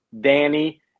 Danny